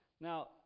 Now